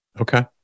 Okay